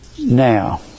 Now